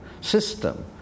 system